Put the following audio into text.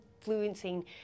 influencing